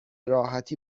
راحتی